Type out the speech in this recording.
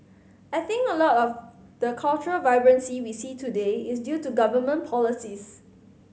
I think a lot of the cultural vibrancy we see today is due to government policies